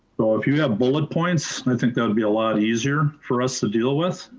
so if you have bullet points, i think that'd be a lot easier for us to deal with.